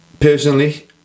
Personally